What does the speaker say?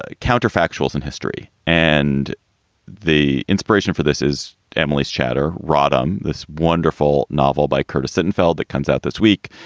ah counterfactuals and history. and the inspiration for this is emily's chatter rodham, this wonderful novel by curtis sittenfeld that comes out this week.